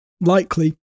likely